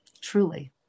truly